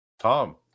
Tom